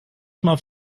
auf